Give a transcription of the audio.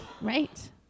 Right